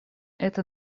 это